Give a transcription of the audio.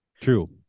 True